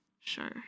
Sure